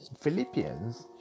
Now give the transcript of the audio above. Philippians